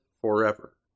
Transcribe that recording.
forever